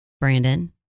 Brandon